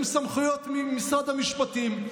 עם סמכויות ממשרד המשפטים?